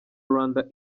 rwanda